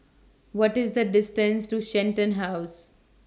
What IS The distance to Shenton House